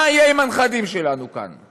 מה יהיה עם הנכדים שלנו כאן?